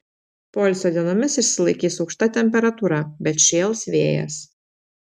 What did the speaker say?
poilsio dienomis išsilaikys aukšta temperatūra bet šėls vėjas